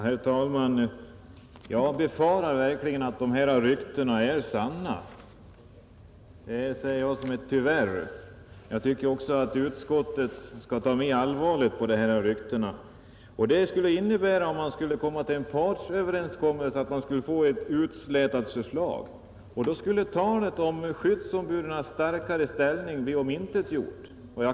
Herr talman! Jag befarar verkligen att ryktena är sanna, tyvärr måste jag säga. Jag tycker därför att utskottet skall ta mera allvarligt på dem Om man skulle träffa en partsöverenskommelse skulle det innebära att man fick ett utslätat förslag, och då skulle såvitt jag förstår skyddsombudens starkare ställning bli tillintetgjord.